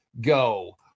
go